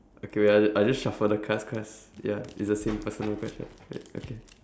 okay wait I'll I'll just shuffle the cards cause ya it's the same personal question wait okay